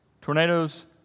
tornadoes